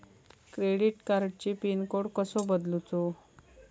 Credit कार्डची PIN code कसो बदलुचा?